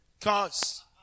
Cause